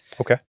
Okay